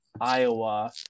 Iowa –